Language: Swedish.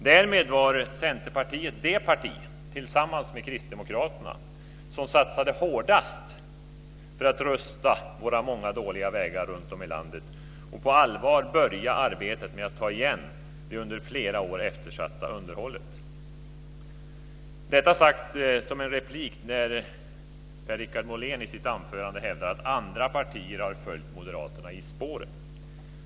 Därmed var Centerpartiet det parti, tillsammans med Kristdemokraterna, som satsade hårdast för att rusta våra många dåliga vägar runtom i landet och på allvar börja arbetet med att ta igen det under flera år eftersatta underhållet - detta sagt som en replik till Per-Richard Molén, som i sitt anförande hävdade att andra partier har följt Moderaterna i spåren.